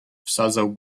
wsadzał